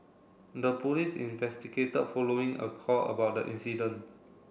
the police investigated following a call about the incident